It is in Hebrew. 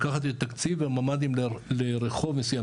לקחת את תקציב הממ"דים לרחוב מסוים,